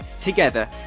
together